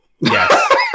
Yes